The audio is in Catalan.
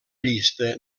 llista